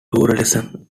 pluralism